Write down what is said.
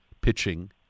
pitching